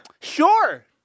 Sure